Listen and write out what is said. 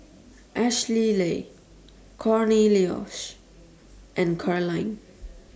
Ashleigh Cornelious and Caroline